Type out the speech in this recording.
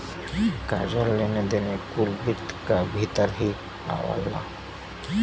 कर्जा, लेन देन कुल वित्त क भीतर ही आवला